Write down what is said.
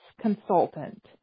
consultant